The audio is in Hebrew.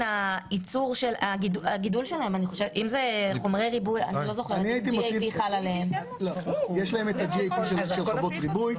יש להם את ה-GAP של הריבוי.